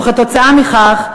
וכתוצאה מכך,